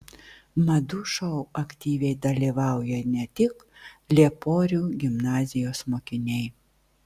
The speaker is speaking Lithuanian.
madų šou aktyviai dalyvauja ne tik lieporių gimnazijos mokiniai